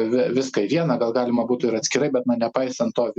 vi viską į vieną gal galima būtų ir atskirai bet na nepaisant to